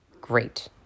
Great